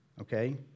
okay